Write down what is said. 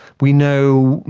we know,